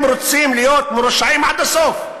הם רוצים להיות מרושעים עד הסוף,